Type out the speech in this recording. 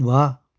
ਵਾਹ